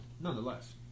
nonetheless